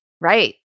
right